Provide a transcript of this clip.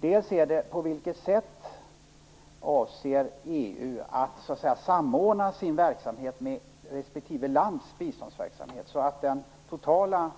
Dels vill jag fråga på vilket sätt EU avser att samordna sin verksamhet med respektive länders biståndsverksamhet, så att den totala